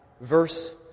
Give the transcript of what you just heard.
verse